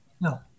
No